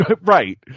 right